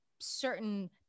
certain